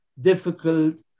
difficult